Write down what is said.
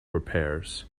repairs